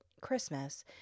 Christmas